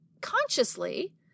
consciously